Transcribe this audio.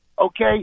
okay